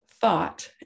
thought